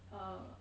uh